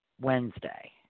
Wednesday